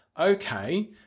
okay